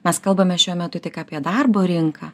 mes kalbame šiuo metu tik apie darbo rinką